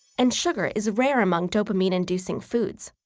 and sugar is rare among dopamine-inducing foods.